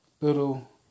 Little